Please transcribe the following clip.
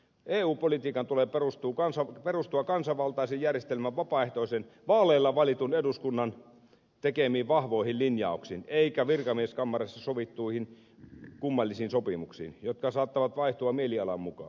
eu politiikan tulee perustua kansanvaltaisen järjestelmän vaaleilla valitun eduskunnan tekemiin vahvoihin linjauksiin eikä virkamieskammareissa sovittuihin kummallisiin sopimuksiin jotka saattavat vaihtua mielialan mukaan